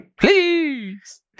Please